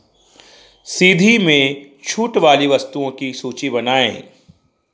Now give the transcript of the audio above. सीधी में छूट वाली वस्तुओं की सूची बनाएँ